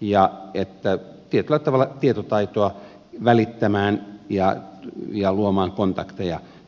ja tietyllä tavalla tietotaitoa välittämään ja luomaan kontakteja tällä tavalla